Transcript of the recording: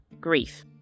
Grief